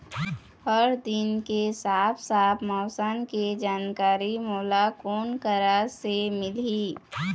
हर दिन के साफ साफ मौसम के जानकारी मोला कोन करा से मिलही?